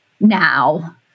now